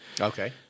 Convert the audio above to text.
Okay